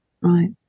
Right